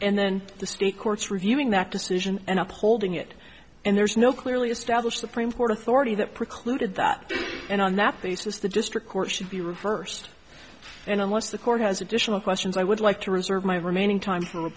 and then the state courts reviewing that decision and upholding it and there's no clearly established supreme court authority that precluded that and on that basis the district court should be reversed and unless the court has additional questions i would like to reserve my remaining time f